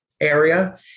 area